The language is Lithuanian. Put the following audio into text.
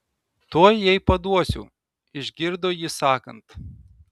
tuoj jai paduosiu išgirdo jį sakant